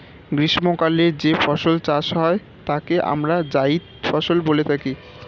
গ্রীষ্মকালে যে ফসল চাষ হয় তাকে আমরা জায়িদ ফসল বলে থাকি